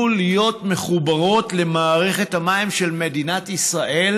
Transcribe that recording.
להיות מחוברות למערכת המים של מדינת ישראל,